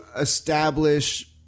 establish